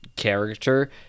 character